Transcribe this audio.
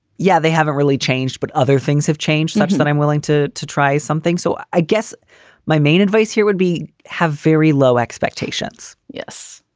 yeah, they haven't really changed, but other things have changed such that i'm willing to to try something. so i guess my main advice here would be have very low expectations yes,